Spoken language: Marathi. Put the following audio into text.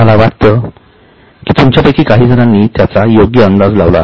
मला वाटतं तुमच्यापैकी काही जणांनी त्याचा योग्य अंदाज लावला आहे